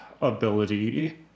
ability